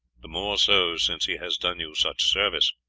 the more so since he has done you such service.